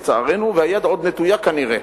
לצערנו, היד עוד נטויה, כנראה.